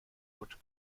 wood